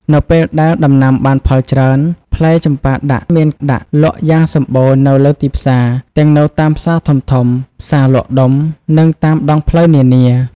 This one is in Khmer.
នៅពេលដែលដំណាំបានផលច្រើន ផ្លែចម្ប៉ាដាក់មានដាក់លក់យ៉ាងសម្បូរនៅលើទីផ្សារ ទាំងនៅតាមផ្សារធំៗ ផ្សារលក់ដុំ និងតាមដងផ្លូវនានា។